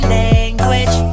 language